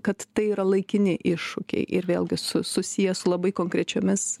kad tai yra laikini iššūkiai ir vėlgi su susiję su labai konkrečiomis